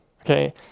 okay